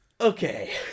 Okay